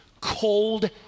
cold